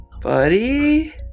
buddy